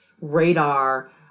radar